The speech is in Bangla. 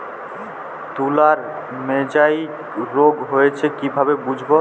তুলার মোজাইক রোগ হয়েছে কিভাবে বুঝবো?